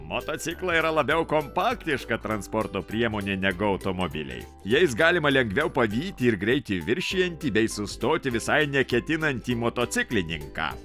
motociklai yra labiau kompaktiška transporto priemonė negu automobiliai jais galima lengviau pavyti ir greitį viršijantį bei sustoti visai neketinantį motociklininką